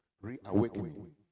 reawakening